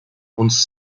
uns